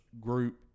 group